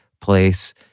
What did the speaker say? place